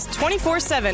24-7